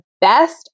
best